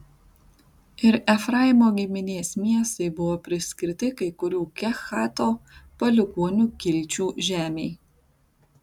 ir efraimo giminės miestai buvo priskirti kai kurių kehato palikuonių kilčių žemei